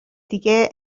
دیگه